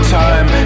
time